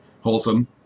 wholesome